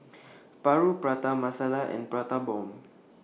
Paru Prata Masala and Prata Bomb